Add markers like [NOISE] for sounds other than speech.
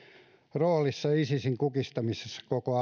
roolissa isisin kukistamisessa koko [UNINTELLIGIBLE]